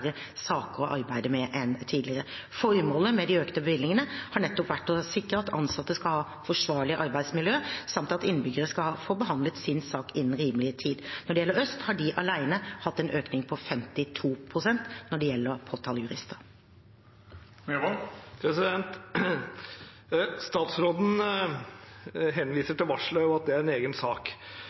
saker å arbeide med enn tidligere. Formålet med de økte bevilgningene har nettopp vært å sikre at ansatte skal ha forsvarlig arbeidsmiljø, samt at innbyggerne skal få behandlet sine saker innen rimelig tid. Øst politidistrikt har alene hatt en økning på 52 pst. når det gjelder påtalejurister. Statsråden henviser til varselet, at det er en egen sak,